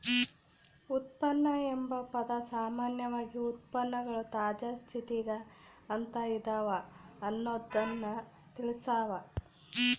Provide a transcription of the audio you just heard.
ಉತ್ಪನ್ನ ಎಂಬ ಪದ ಸಾಮಾನ್ಯವಾಗಿ ಉತ್ಪನ್ನಗಳು ತಾಜಾ ಸ್ಥಿತಿಗ ಅಂತ ಇದವ ಅನ್ನೊದ್ದನ್ನ ತಿಳಸ್ಸಾವ